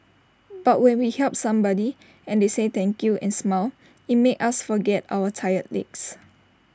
but when we helped somebody and they said thank you and smiled IT made us forget our tired legs